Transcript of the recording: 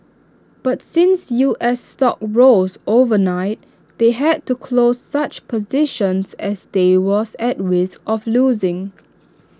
but since U S stocks rose overnight they had to close such positions as they was at risk of losing